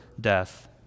death